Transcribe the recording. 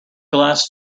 glasses